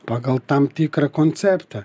pagal tam tikrą konceptą